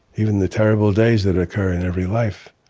even the terrible days that occur in every life